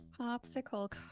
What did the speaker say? Popsicle